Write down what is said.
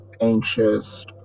anxious